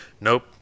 nope